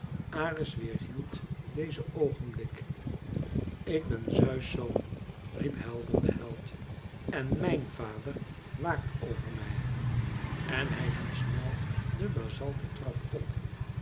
ares weêrhield dezen oogenblik ik ben zeus zoon riep helder de held en mijn vader wàakt over mij en hij liep snel de bazalten trap op